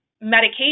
medication